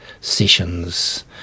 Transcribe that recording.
Sessions